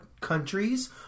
countries